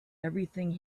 everything